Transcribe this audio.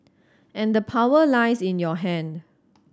and the power lies in your hand